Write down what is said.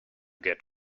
get